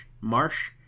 Marsh